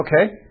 Okay